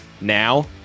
Now